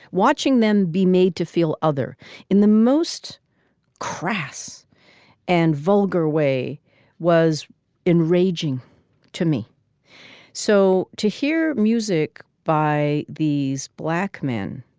watching them be made to feel other in the most crass and vulgar way was enraging to me so to hear music by these black men